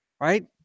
Right